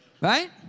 Right